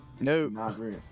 No